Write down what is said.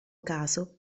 caso